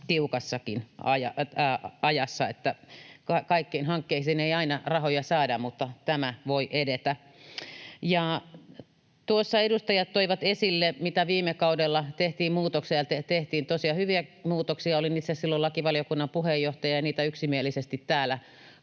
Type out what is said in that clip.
tiukassakin ajassa, jossa kaikkiin hankkeisiin ei aina rahoja saada mutta tämä voi edetä. Tuossa edustajat toivat esille, mitä muutoksia viime kaudella tehtiin, ja tehtiin tosiaan hyviä muutoksia. Olin itse silloin lakivaliokunnan puheenjohtaja, ja niitä yksimielisesti täällä